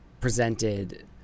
presented